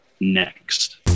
Next